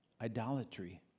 idolatry